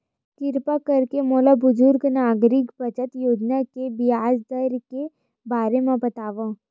किरपा करके मोला बुजुर्ग नागरिक बचत योजना के ब्याज दर के बारे मा बतावव